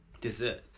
Dessert